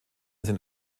sind